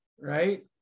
right